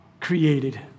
created